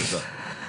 תודה.